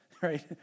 right